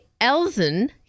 Elzen